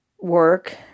work